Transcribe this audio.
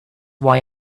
why